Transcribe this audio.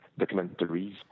documentaries